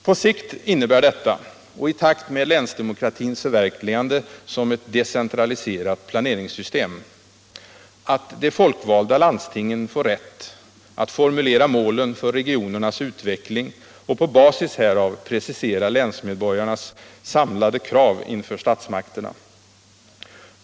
På sikt innebär detta — och i takt med länsdemokratins förverkligande som ett decentraliserat planeringssystem — att de folkvalda landstingen får rätt att formulera målen för regionernas utveckling och på basis härav precisera länsmedborgarnas samlade krav inför statsmakterna.